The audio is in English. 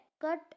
cut